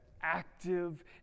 active